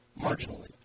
Marginally